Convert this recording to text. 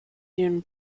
soon